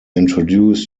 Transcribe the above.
introduce